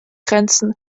grenzen